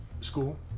school